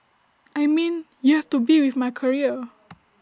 I mean you have to be with my career